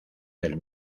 del